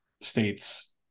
states